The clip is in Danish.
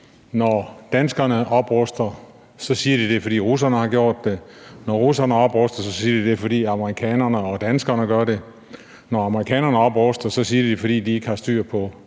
Når danskerne opruster, siger de, det er, fordi russerne har gjort det; når russerne opruster, siger de, det er, fordi amerikanerne og danskerne gør det; når amerikanerne opruster, siger de, det er, fordi de ikke har styr på